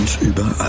überall